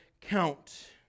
count